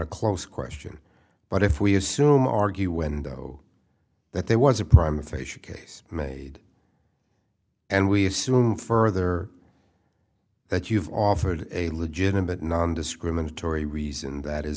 close question but if we assume argue window that there was a prime aphasia case made and we assume further that you've offered a legitimate nondiscriminatory reason that is